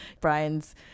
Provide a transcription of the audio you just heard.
Brian's